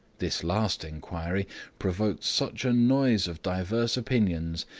this last enquiry provoked such a noise of diverse opinions,